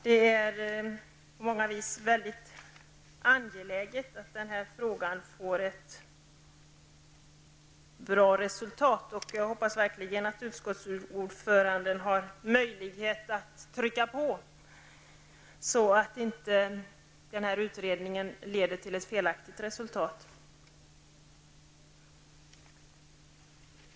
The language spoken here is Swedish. Det är på många vis angeläget att den här frågan får en bra lösning. Jag hoppas verkligen att utskottsordföranden har möjlighet att trycka på så att utredningen inte leder till ett felaktigt resultat.